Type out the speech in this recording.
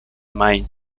mine